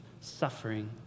suffering